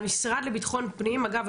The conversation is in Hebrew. המשרד לבטחון פנים אגב,